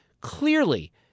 clearly